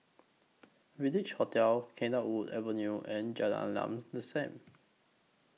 Village Hotel Cedarwood Avenue and Jalan Lam The SAM